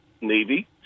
Navy